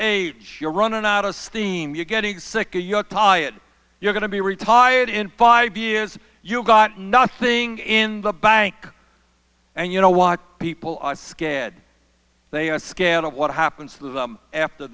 age you're running out of steam you're getting sick of your toy if you're going to be retired in five years you got nothing in the bank and you know what people are scared they are scared of what happens to them after